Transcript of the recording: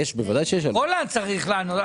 רולנד צריך לענות,